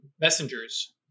messengers